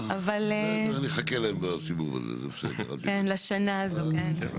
אם יש לחברי הכנסת הסתייגויות אנחנו צריכים לשמוע אותן עכשיו.